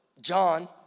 John